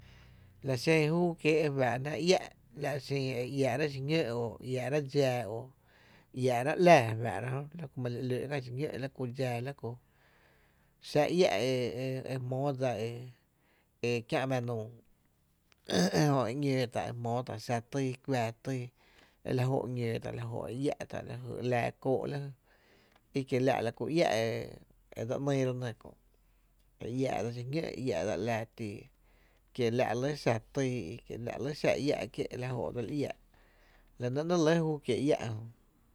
La xen júú kiee e faa’ jnáá’ iⱥ’ xin e iää’rá’ xiñó’ o iää’ráá’ dxáá o iää’ráá’ ‘láá re fáá’ra ma li ‘lóó’ kää xiñó’ o la ku dxáá la kú, xa iä’ ejmóó dsa e kiä’ mⱥⱥ nuu jö e ‘ñoo tá’ e jmóotá’ xa týý e kuⱥⱥ týý, e la jóó’ ‘ñootá’ ela jó iää’ tá’ la jy ‘laa kóó lajye kie la’ la ku iä’ e dse ‘nyy re nɇ kö’ e iä’ dsa xiñó’ e iä’dsa ‘laa tii kiela’ re lɇ xa tyy kiela’ re lɇ xa iä’ kié’ e la joo’ dsel iää’ la nɇ nɇɇ re lɇ júú kiee’ iä’ jö.